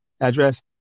address